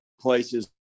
places